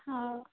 ହଁ